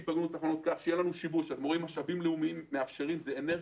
שיהיה לנו שיבוש במשאבים לאומיים מאפשרים: אנרגיה,